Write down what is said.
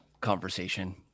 conversation